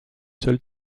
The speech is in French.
seuls